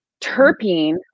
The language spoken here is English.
terpene